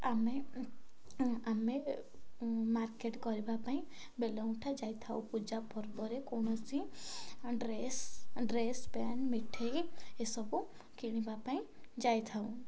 ଆମେ ଆମେ ମାର୍କେଟ୍ କରିବା ପାଇଁ ବେଲଙ୍କଠା ଯାଇଥାଉ ପୂଜା ପର୍ବରେ କୌଣସି ଡ୍ରେସ୍ ଡ୍ରେସ୍ ପେଣ୍ ମିଠେଇ ଏସବୁ କିଣିବା ପାଇଁ ଯାଇଥାଉ